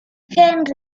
henrik